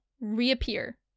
reappear